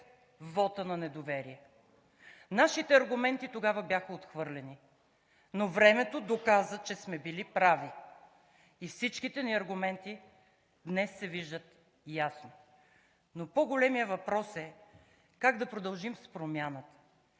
вота на недоверие. Нашите аргументи тогава бяха отхвърлени, но времето доказа, че сме били прави. Всичките ни аргументи днес се виждат ясно, но по-големият въпрос е как да продължим с промяната.